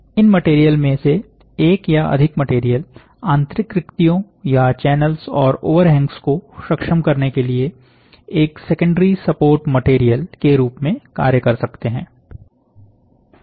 इन material में से एक या अधिक मटेरियल आंतरिक रिक्तियों या चैनल्स और ओवरहैंग्स को सक्षम करने के लिए एक सेकेंडरी सपोर्ट मैटेरियल के रूप में कार्य कर सकते है